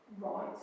Right